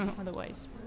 otherwise